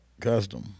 custom